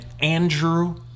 Andrew